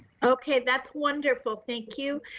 okay. that's wonderful. thank you.